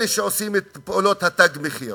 אלה שעושים את פעולות ה"תג מחיר".